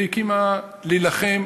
והיא הוקמה כדי להילחם,